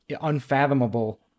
unfathomable